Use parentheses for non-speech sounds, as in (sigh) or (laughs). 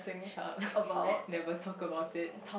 shut up (laughs) never talk about it